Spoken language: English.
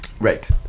Right